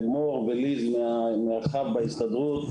מור וליז מהמרחב בהסתדרות,